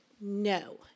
No